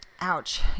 Ouch